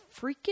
freaking